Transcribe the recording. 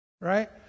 right